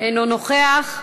אינו נוכח,